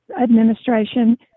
administration